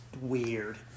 weird